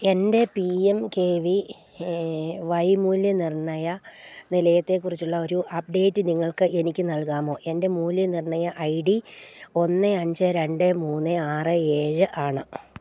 എൻ്റെ P M K V Y മൂല്യനിർണ്ണയ നിലയത്തെ കുറിച്ചുള്ള ഒരു അപ്ഡേറ്റ് നിങ്ങൾക്ക് എനിക്ക് നൽകാമോ എൻ്റെ മൂല്യനിർണ്ണയ ഐ ഡി ഒന്ന് അഞ്ച് രണ്ട് മൂന്ന് ആറ് ഏഴ് ആണ്